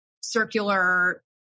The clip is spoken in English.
circular